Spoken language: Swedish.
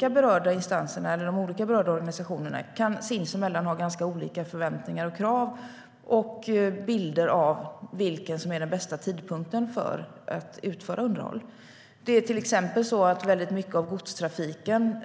De olika berörda organisationerna kan sinsemellan ha ganska olika förväntningar, krav och bilder av vilken som är den bästa tidpunkten för att utföra underhåll. Det är till exempel så att väldigt mycket av godstrafiken